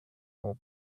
all